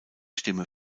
stimme